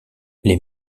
les